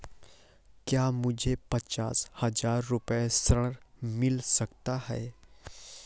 क्या मुझे पचास हजार रूपए ऋण मिल सकता है?